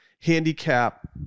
handicap